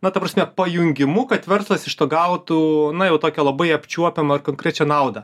na ta prasme pajungimu kad verslas iš to gautų na jau tokią labai apčiuopiamą konkrečią naudą